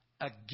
again